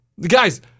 Guys